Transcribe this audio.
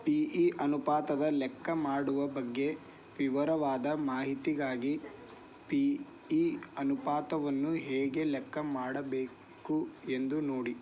P E ಅನುಪಾತದ ಲೆಕ್ಕ ಮಾಡುವ ಬಗ್ಗೆ ವಿವರವಾದ ಮಾಹಿತಿಗಾಗಿ ಪಿ ಇ ಅನುಪಾತವನ್ನು ಹೇಗೆ ಲೆಕ್ಕ ಮಾಡಬೇಕು ಎಂದು ನೋಡಿ